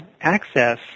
access